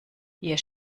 hier